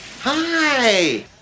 hi